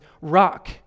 rock